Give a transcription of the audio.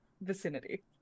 vicinity